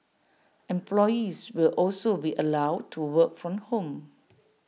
employees will also be allowed to work from home